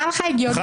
לא חברים.